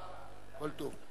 כל טוב.